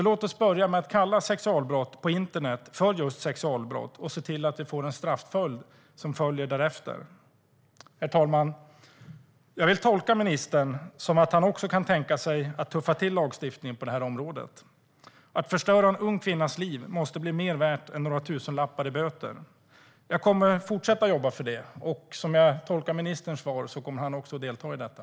Låt oss börja med att kalla sexualbrott på internet för just sexualbrott och se till att de får en straffpåföljd därefter! Herr talman! Jag vill tolka ministern som att han kan tänka sig att tuffa till lagstiftningen på det här området. Att förstöra en ung kvinnas liv måste kosta mer än några tusenlappar i böter. Jag kommer att fortsätta jobba för det, och som jag tolkar ministern kommer han att delta i detta.